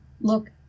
look